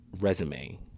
resume